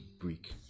break